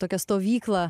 tokią stovyklą